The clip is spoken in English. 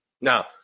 Now